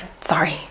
sorry